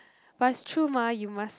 but it's true mah you must